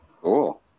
cool